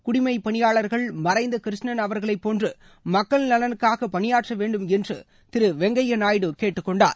குடிமைப்பணியாளர்கள் மறைந்த கிருஷ்ணன் அவர்களை போன்று மக்கள் நலனுக்காக பணியாற்ற வேண்டும் என்று திரு வெங்கைய்யா நாயுடு கேட்டுக்கொண்டார்